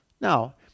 Now